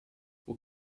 who